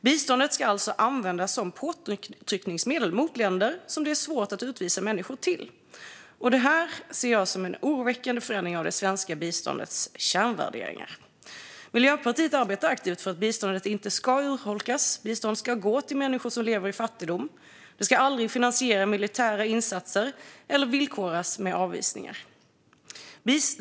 Biståndet ska alltså användas som påtryckningsmedel mot länder som det är svårt att utvisa människor till. Detta ser jag som en oroväckande förändring av det svenska biståndets kärnvärderingar. Miljöpartiet arbetar aktivt för att biståndet inte ska urholkas. Biståndet ska gå till människor som lever i fattigdom, och det ska aldrig finansiera militära insatser eller villkoras med avvisningar.